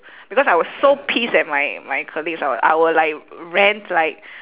because I was so pissed at my my colleagues I'll I will like rant like